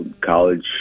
college